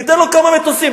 ניתן לו כמה מטוסים.